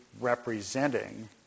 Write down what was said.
representing